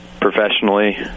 professionally